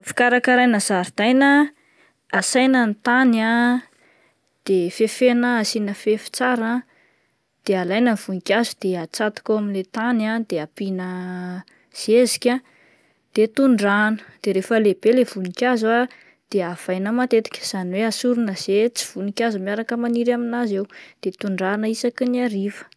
Fikarakaraina zaridaina asaina ny tany ah de fefena asiana fefy tsara ah de alaina ny voninkazo de atsatoka eo amin'ilay tany ah de ampiana zezika de tondrahana, de rehefa lehibe ilay vonin-kazo ah avaina matetika, izany hoe asorina ze tsy voninkazo miaraka maniry amin'azy eo de tondrahina isaky ny hariva.